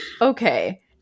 okay